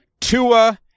Tua